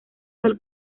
del